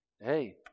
Hey